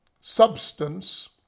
substance